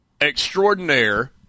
extraordinaire